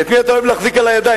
את מי אתה אוהב להחזיק על הידיים?